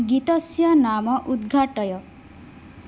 गीतस्य नाम उद्घाटय